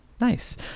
Nice